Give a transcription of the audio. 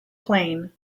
plane